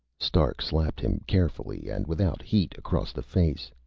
stark slapped him, carefully and without heat, across the face.